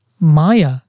Maya